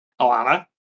Alana